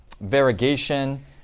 variegation